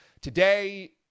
Today